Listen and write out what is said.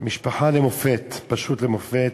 משפחה למופת, פשוט למופת,